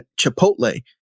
Chipotle